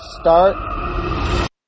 start